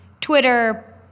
Twitter